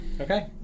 Okay